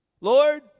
Lord